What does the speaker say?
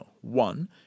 One